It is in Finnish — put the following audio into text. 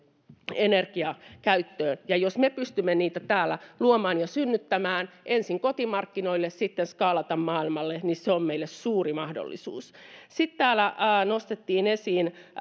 energiankäyttöön ja jos me pystymme niitä täällä luomaan ja synnyttämään ensin kotimarkkinoille ja sitten skaalaamaan maailmalle niin se on meille suuri mahdollisuus sitten täällä nostettiin esiin